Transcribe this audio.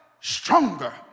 stronger